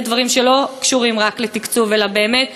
אלה דברים שלא קשורים רק לתקצוב אלא באמת,